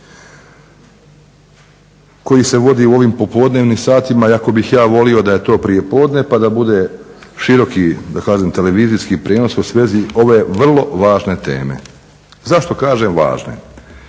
koji se vodi u ovim popodnevnim satima, iako bih ja volio da je to prijepodne pa da bude široki televizijski prijenos u svezi ove vrlo važne teme. Zašto kažem važne?